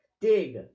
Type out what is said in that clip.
Dig